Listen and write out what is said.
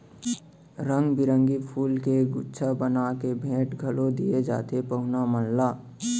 रंग बिरंगी फूल के गुच्छा बना के भेंट घलौ दिये जाथे पहुना मन ला